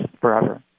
forever